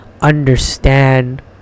understand